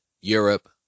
Europe